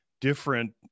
different